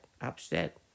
upset